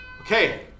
Okay